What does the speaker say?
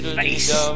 face